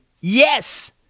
Yes